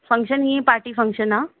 function ईअं party faction आहे